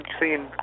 seen